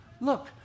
look